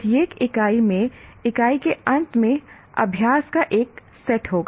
प्रत्येक इकाई में इकाई के अंत में अभ्यास का एक सेट होगा